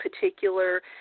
particular